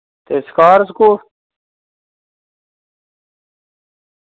ते स्काट स्कूट